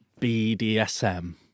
BDSM